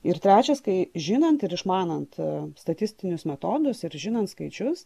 ir trečias kai žinant ir išmanant statistinius metodus ir žinant skaičius